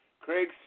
Craig